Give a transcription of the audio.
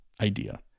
idea